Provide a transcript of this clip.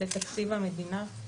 לתקציב המדינה,